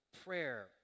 prayer